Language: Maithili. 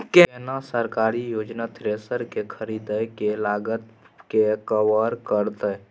केना सरकारी योजना थ्रेसर के खरीदय के लागत के कवर करतय?